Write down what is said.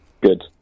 good